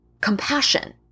compassion